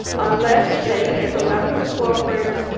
unless they, as eleventh or twelfth graders,